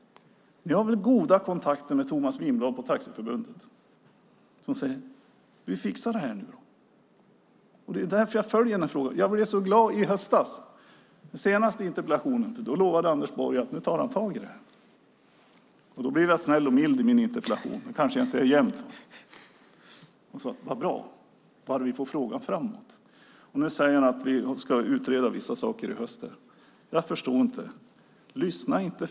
Ni har väl goda kontakter med Thomas Winskog på Taxiförbundet. Han säger att vi ska fixa det här nu. Det är därför jag följer denna fråga. Jag blev så glad i höstas, i den senaste interpellationen, för då lovade Anders Borg att han skulle ta tag i detta. Då blev jag snäll och mild i min interpellation - det kanske jag inte är jämt - och sade att det var bra, bara vi för frågan framåt. Nu säger han att vissa saker ska utredas i höst. Jag förstår inte.